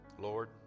Lord